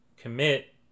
commit